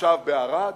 התושב בערד,